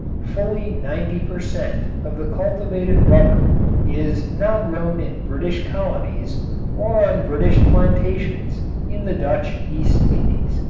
fully ninety per cent. of the cultivated rubber is now grown in british colonies or on british plantations in the dutch east indies.